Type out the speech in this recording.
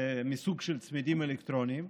מסוג של צמידים אלקטרוניים.